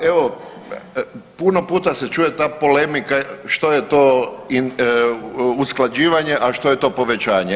Pa evo, puno puta se čuje ta polemika što je to usklađivanje, a što je to povećanje.